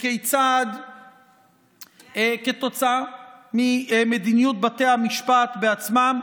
כיצד כתוצאה ממדיניות בתי המשפט בעצמם,